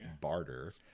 barter